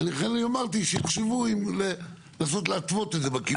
לכן אני אמרתי שיחשבו אם לנסות להתוות את זה בכיוון הזה.